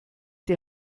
die